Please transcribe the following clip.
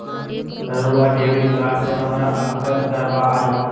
रहुआ debit card से हमें अवगत करवाआई?